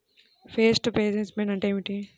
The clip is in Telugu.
పెస్ట్ మేనేజ్మెంట్ అంటే ఏమిటి?